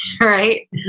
right